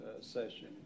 session